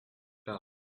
par